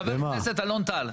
חה"כ אלון טל,